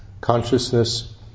consciousness